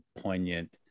poignant